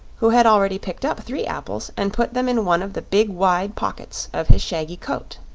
who had already picked up three apples and put them in one of the big wide pockets of his shaggy coat.